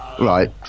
right